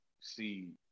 see